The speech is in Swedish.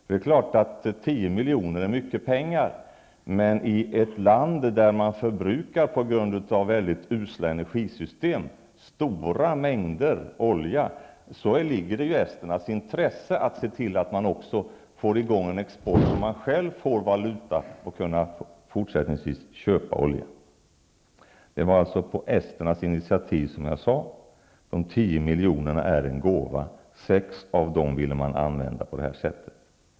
Det är klart att tio miljoner är mycket pengar, men i ett land där man förbrukar stora mängder olja på grund av att man har usla energisystem, ligger det i deras eget intresse att man också får i gång en export. Då får man själv valuta och kan fortsättningsvis köpa olja. Detta skedde alltså på esternas initiativ, som jag sade. De tio miljonerna är en gåva. Sex av dem ville man använda på det här sättet.